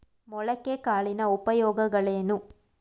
ಮೊಳಕೆ ಕಾಳಿನ ಉಪಯೋಗಗಳೇನು?